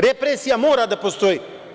Represija mora da postoji.